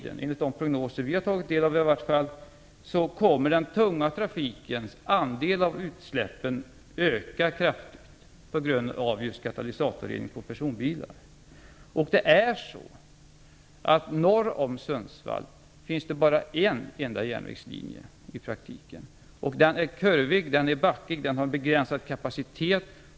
Enligt de prognoser som vi har tagit del av kommer den tunga trafikens andel av utsläppen i framtiden att öka kraftigt på grund av kravet på katalysatorrening på personbilar. Norr om Sundsvall finns det i praktiken bara en enda järnvägslinje, och den är kurvig, backig och har begränsad kapacitet.